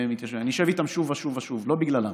אני אשב איתם שוב ושוב ושוב, לא בגללם,